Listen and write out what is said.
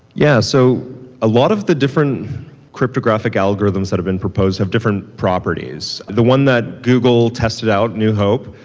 yeah. so a lot of the different cryptographic algorithms that have been proposed have different properties. the one that google tested out, new hope,